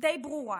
די ברורה,